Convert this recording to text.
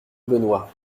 benoit